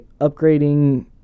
upgrading